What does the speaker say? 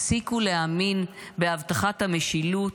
הפסיקו להאמין בהבטחת המשילות,